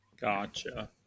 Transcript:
Gotcha